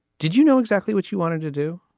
did you know exactly what you wanted to do?